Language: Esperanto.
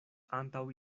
antaŭ